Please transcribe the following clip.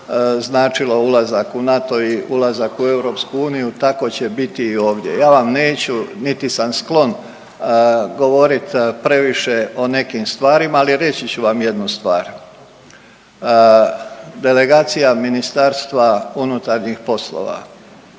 značilo ulazak u NATO i ulazak u EU tako će biti i ovdje. Ja vam neću niti sam sklon govorit previše o nekim stvarima, ali reći ću vam jednu stvar. Delegacija MUP-a se u dan prije